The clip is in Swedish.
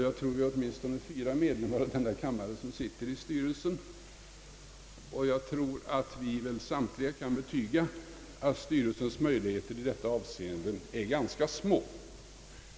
Jag tror att vi är åtminstone fyra medlemmar av denna kammare som sitter i styrelsen, och jag tror att vi samtliga kan betyga att styrelsens möjligheter i detta avseende är ganska små.